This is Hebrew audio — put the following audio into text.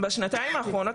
בשנתיים האחרונות,